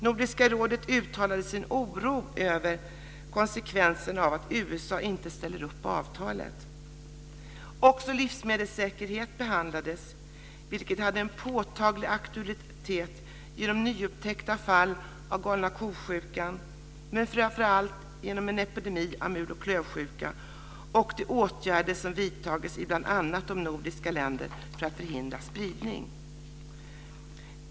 Nordiska rådet uttalade sin oro över konsekvenserna av att USA inte ställer upp på avtalet. Också livsmedelssäkerhet behandlades, vilket hade en påtaglig aktualitet genom nyupptäckta fall av galna ko-sjukan och framför allt genom en epidemi av mul och klövsjuka och de åtgärder som vidtagits i bl.a. de nordiska länderna för att förhindra spridning.